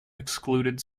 excluded